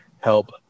help